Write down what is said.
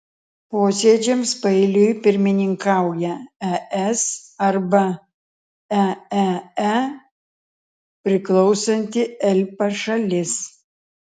posėdžiams paeiliui pirmininkauja es arba eee priklausanti elpa šalis